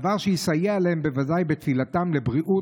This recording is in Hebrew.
דבר שיסייע להם בוודאי בתפילתם לבריאות,